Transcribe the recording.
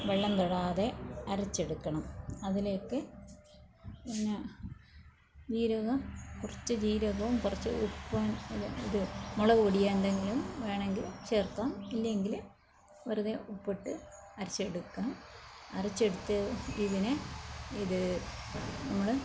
വെള്ളം തൊടാതെ അരച്ചെടുക്കണം അതിലേയ്ക്ക് പിന്നെ ജീരകം കുറച്ച് ജീരകവും കുറച്ച് ഉപ്പും ഇത് മുളകുപൊടി എന്തെങ്കിലും വേണമെങ്കിൽ ചേർക്കാം ഇല്ലെങ്കിൽ വെറുതെ ഉപ്പിട്ട് അരച്ചെടുക്കാം അരച്ചെടുത്ത് ഇതിനെ ഇത് നമ്മൾ